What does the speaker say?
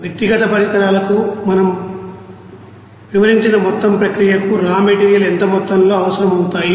వ్యక్తిగత పరికరాలకు మరియు మనం వివరించిన మొత్తం ప్రక్రియకు రా మెటీరియల్ ఎంత మొత్తంలో అవసరం అవుతాయి